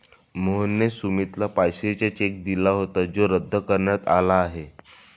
मोहनने सुमितला पाचशेचा चेक दिला होता जो रद्द करण्यात आला आहे